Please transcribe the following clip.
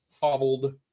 hobbled